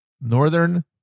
northern